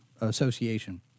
Association